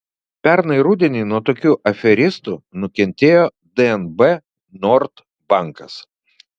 pernai rudenį nuo tokių aferistų nukentėjo dnb nord bankas